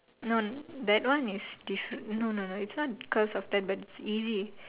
no that one is different no no no it's not because of that but it's easy